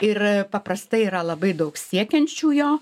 ir paprastai yra labai daug siekiančių jo